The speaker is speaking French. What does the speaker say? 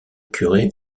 curé